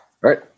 right